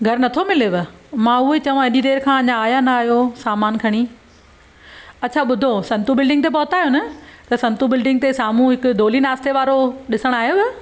घरु नथो मिलेव मां उहो ई चवां एॾी देरि खां अञा आयां न आहियो सामान खणी अछा ॿुधो संत बिल्डिंग ते पहुता आहियो न त संत बिल्डिंग ते साम्हूं हिकु डोली नास्ते वारो ॾिसणु आहियव